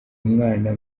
umwana